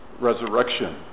resurrection